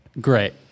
Great